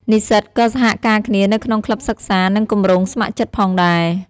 និស្សិតក៏សហការគ្នានៅក្នុងក្លឹបសិក្សា និងគម្រោងស្ម័គ្រចិត្តផងដែរ។